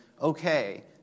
okay